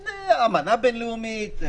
כן, אמנה בין לאומית.